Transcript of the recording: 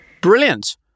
Brilliant